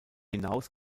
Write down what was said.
hinaus